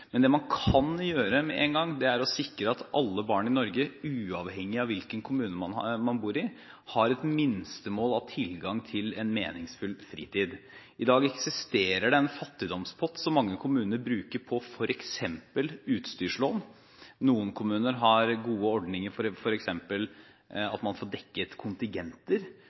Men det man kan gjøre med en gang, er å sikre at alle barn i Norge, uavhengig av hvilken kommune man bor i, har et minstemål av tilgang til en meningsfull fritid. I dag eksisterer det en fattigdomspott, som mange kommuner bruker på f.eks. utstyrslån. Noen kommuner har gode ordninger for at man f.eks. får dekket kontingenter.